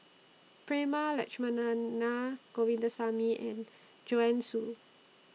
Prema Letchumanan Naa Govindasamy and Joanne Soo